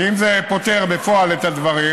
ואם זה פותר בפועל את הדברים,